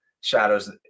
shadows